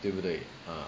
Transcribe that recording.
对不对 ah